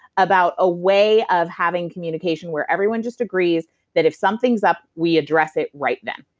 about a way of having communication where everyone just agrees that if something's up, we address it right then.